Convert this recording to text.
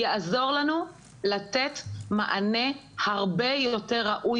זה יעזור לנו לתת מענה הרבה יותר ראוי